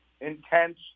intense